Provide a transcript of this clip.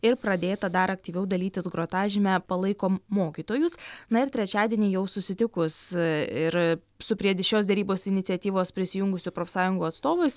ir pradėta dar aktyviau dalytis grotažyme palaikom mokytojus na ir trečiadienį jau susitikus ir su prie šios derybos iniciatyvos prisijungusių profsąjungų atstovais